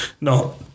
No